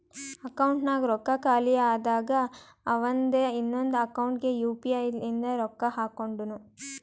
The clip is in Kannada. ಅಕೌಂಟ್ನಾಗ್ ರೊಕ್ಕಾ ಖಾಲಿ ಆದಾಗ ಅವಂದೆ ಇನ್ನೊಂದು ಅಕೌಂಟ್ಲೆ ಯು ಪಿ ಐ ಲಿಂತ ರೊಕ್ಕಾ ಹಾಕೊಂಡುನು